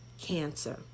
cancer